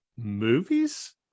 Movies